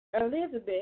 Elizabeth